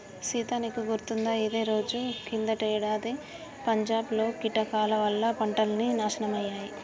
సీత నీకు గుర్తుకుందా ఇదే రోజు కిందటేడాది పంజాబ్ లో కీటకాల వల్ల పంటలన్నీ నాశనమయ్యాయి